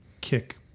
kick